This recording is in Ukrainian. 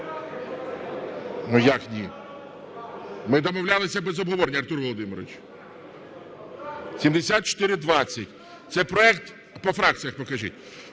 Як - ні? Ми домовлялися без обговорення, Артур Володимирович. 7420. Це проект… По фракціях покажіть.